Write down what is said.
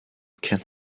can